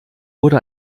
wurde